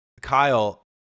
Kyle